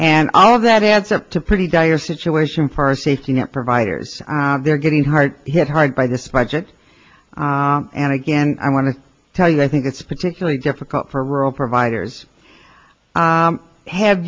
and all of that adds up to pretty dire situation for safety net providers they're getting hard hit hard by this budget and again i want to tell you i think it's particularly difficult for rural providers have